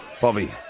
Bobby